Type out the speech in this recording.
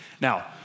Now